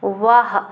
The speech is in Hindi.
वाह